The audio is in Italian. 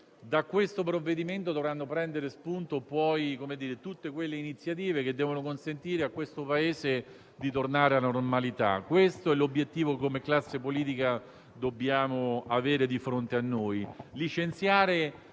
da questo provvedimento dovranno prendere spunto tutte quelle iniziative che devono consentire al Paese di tornare alla normalità. Questo è l'obiettivo che, come classe politica, dobbiamo avere di fronte a noi: